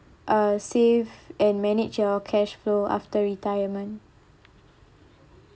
uh save and manage your cash flow after retirement